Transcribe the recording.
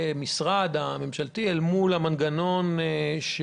לעומת המנגנון של